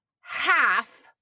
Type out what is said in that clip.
half